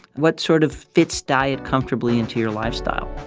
what sort of fits diet comfortably into your lifestyle?